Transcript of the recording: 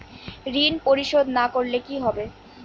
ঋণ পরিশোধ না করলে কি হবে?